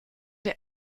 der